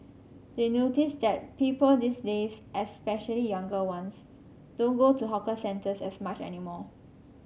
they notice that people these days especially younger ones don't go to hawker centres as much anymore